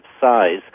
size